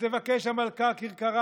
ותבקש המלכה כרכרה,